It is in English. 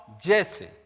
Jesse